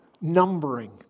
numbering